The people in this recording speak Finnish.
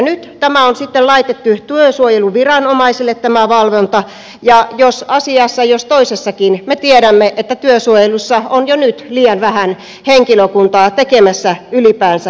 nyt on sitten laitettu työsuojeluviranomaisille tämä valvonta ja asiassa jos toisessakin me tiedämme että työsuojelussa on jo nyt liian vähän henkilökuntaa tekemässä ylipäänsä sitä valvontaa